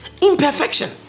imperfection